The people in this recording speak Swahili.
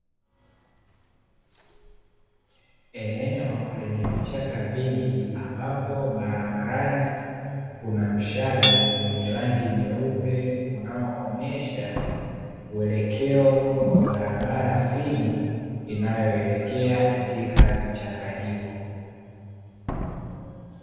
Eneo lenye vichaka vingi ambapo barabarani kuna mshale wenye rangi nyeupe, unaoonyesha uelekeo wa barabara finyu, inayoelekea katika vichaka hivyo.